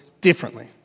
differently